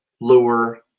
lure